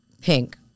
Pink